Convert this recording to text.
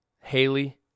Haley